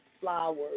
flowers